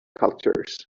cultures